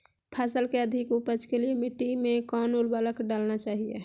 फसल के अधिक उपज के लिए मिट्टी मे कौन उर्वरक डलना चाइए?